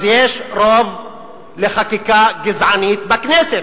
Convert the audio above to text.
אז יש רוב לחקיקה גזענית בכנסת.